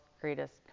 greatest